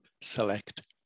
select